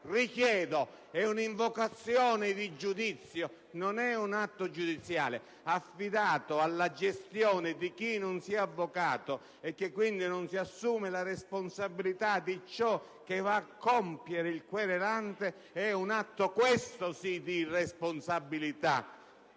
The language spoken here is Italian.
richiedo; è un'invocazione di giudizio, non è un atto giudiziale. Affidato alla gestione di chi non sia avvocato, e che quindi non si assume la responsabilità di ciò che va a compiere il querelante, è un atto, questo sì, di irresponsabilità,